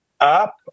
up